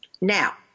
Now